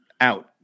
Out